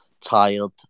tired